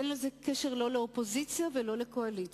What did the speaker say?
אין לזה קשר לא לאופוזיציה ולא לקואליציה.